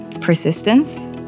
persistence